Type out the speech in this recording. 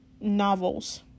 novels